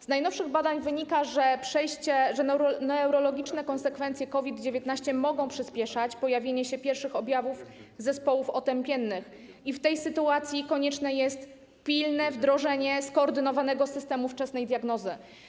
Z najnowszych badań wynika, że neurologiczne konsekwencje COVID-19 mogą przyspieszać pojawienie się pierwszych objawów zespołów otępiennych i w tej sytuacji konieczne jest pilne wdrożenie skoordynowanego systemu wczesnej diagnozy.